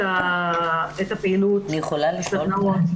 את הפעילות למורים,